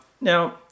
Now